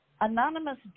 anonymous